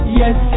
yes